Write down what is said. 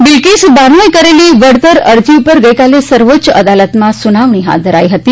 બિલ્કિસ બાનોએ કરેલી વળતર અરજી પર ગઇકાલે સર્વોચ્ય અદાલતમાં સુનાવણી હાથ ધરાઈ હતી